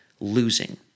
Losing